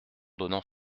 donnant